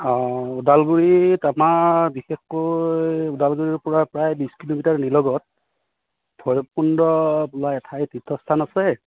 অঁ ওদালগুৰিত আমাৰ বিশেষকৈ ওদালগুৰিৰ পৰা প্ৰায় বিছ কিলোমিটাৰ নিলগত ভৈৰৱকুণ্ড তীৰ্থস্থান আছে